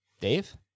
Dave